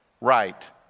right